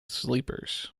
sleepers